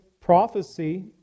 prophecy